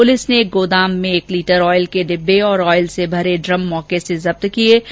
police ने एक गोदाम में एक लीटर ऑयल के डिब्बे और ऑयल से भरे ड्रम मौके से जब्त किए गए